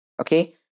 okay